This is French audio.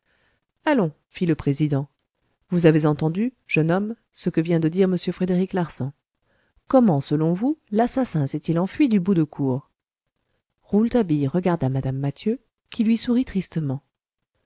allons fit le président vous avez entendu jeune homme ce que vient de dire m frédéric larsan comment selon vous l'assassin s'est-il enfui du bout de cour rouletabille regarda mme mathieu qui lui sourit tristement